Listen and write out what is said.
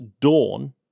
Dawn